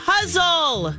Puzzle